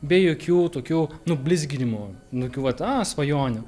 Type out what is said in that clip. be jokių tokių nublizginimų nu gi vat a svajonė